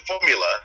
formula